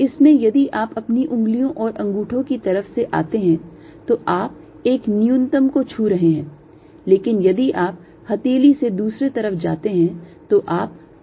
इसमें यदि आप अपनी उंगलियों और अंगूठे की तरफ से आते हैं तो आप एक न्यूनतम को छू रहे हैं लेकिन यदि आप हथेली से दूसरी तरफ जाते हैं तो आप अधिकतम को छू रहे हैं